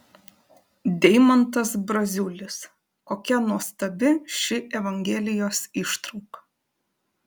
deimantas braziulis kokia nuostabi ši evangelijos ištrauka